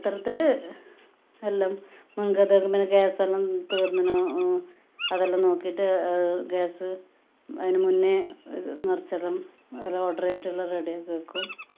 അത്തരത്തിൽ എല്ലാം ഗ്യാസ് എല്ലാം തീർന്നിനു അപ്പം അതെല്ലാം നോക്കിയിട്ട് ഗ്യാസ് അതിന് മുന്നേ നിറച്ചെല്ലാം വേറെ ഓർഡർ ചെയ്തിട്ടെല്ലാം റെഡി ആക്കി വയ്ക്കും